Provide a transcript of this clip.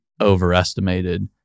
overestimated